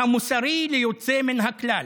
והמוסרי, ליוצא מן הכלל.